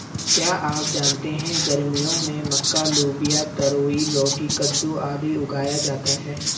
क्या आप जानते है गर्मियों में मक्का, लोबिया, तरोई, लौकी, कद्दू, आदि उगाया जाता है?